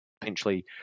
potentially